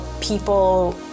people